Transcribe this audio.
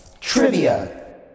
Trivia